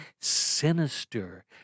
sinister